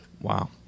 Wow